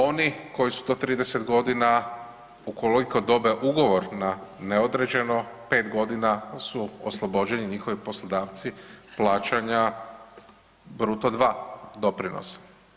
Oni koji su do 30 godina, ukoliko dobe ugovor na neodređeno, 5 godina su oslobođeni njihovi poslodavci plaćanja bruto II. doprinosa.